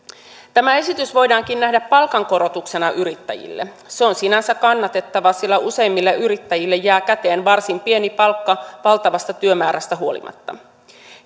tämä esitys voidaankin nähdä palkankorotuksena yrittäjille se on sinänsä kannatettava sillä useimmille yrittäjille jää käteen varsin pieni palkka valtavasta työmäärästä huolimatta